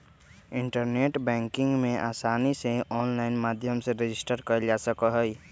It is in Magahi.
इन्टरनेट बैंकिंग में आसानी से आनलाइन माध्यम से रजिस्टर कइल जा सका हई